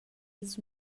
ils